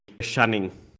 shunning